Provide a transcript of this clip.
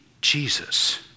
Jesus